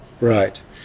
right